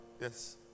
Yes